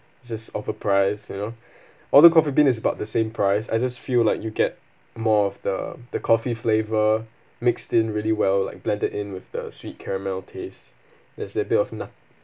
it just overpriced you know although Coffee Bean is about the same price I just feel like you get more of the the coffee flavor mixed in really well like blended in with the sweet caramel taste there's a bit of nut